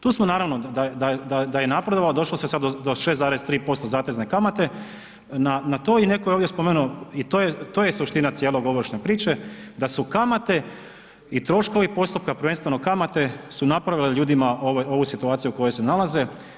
Tu smo naravno, da je napredovalo, došlo se sad do 6,3% zatezne kamate na to i netko je ovdje spomenuo, to je suština cijele ovršne priče, da su kamate i troškovi postupka, prvenstveno kamate su napravile ljudima ovu situaciju u kojoj se nalaze.